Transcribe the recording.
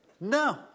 No